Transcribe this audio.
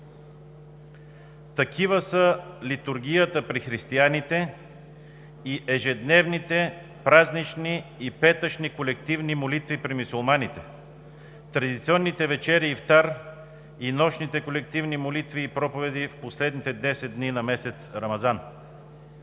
Такива са литургията при християните и ежедневните празнични и петъчни колективни молитви при мюсюлманите, традиционните вечери ифтар и нощните колективни молитви и проповеди в последните 10 дни на месец Рамазан.